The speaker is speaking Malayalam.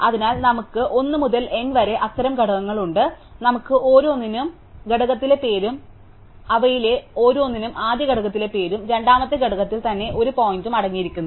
അതിനാൽ നമുക്ക് 1 മുതൽ n വരെ അത്തരം ഘടകങ്ങളുണ്ട് അതിനാൽ നമുക്ക് ഓരോന്നിനും അത്തരം ഘടകങ്ങളുണ്ട് അവയിൽ ഓരോന്നിനും ആദ്യ ഘടകത്തിലെ പേരും രണ്ടാമത്തെ ഘടകത്തിൽ തന്നെ ഒരു പോയിന്ററും അടങ്ങിയിരിക്കുന്നു